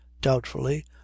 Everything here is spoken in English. doubtfully